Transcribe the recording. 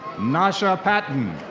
nasya patton.